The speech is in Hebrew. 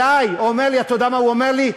אלי, אתה יודע מה הוא אומר לי?